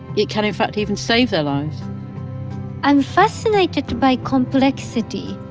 it can in fact even save their lives i'm fascinated by complexity,